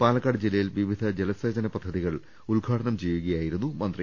പാലക്കാട് ജില്ലയിൽ വിവിധ ജലസേചന പദ്ധതികൾ ഉദ്ഘാടനം ചെയ്യുകയായിരുന്നു മന്ത്രി